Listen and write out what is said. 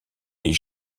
des